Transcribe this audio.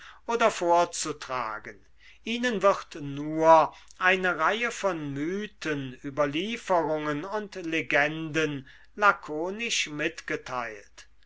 oder vorzutragen ihnen wird nur eine reihe von mythen überlieferungen und legenden lakonisch mitgeteilt